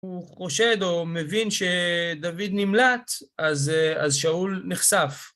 הוא חושד או מבין שדוד נמלט, אז שאול נחשף.